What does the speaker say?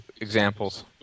examples